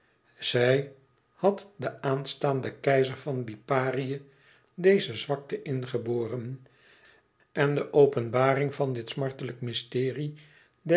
zij had den aanstaanden keizer van liparië deze zwakte ingeboren en de openbaring van dit smartelijk mysterie